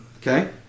Okay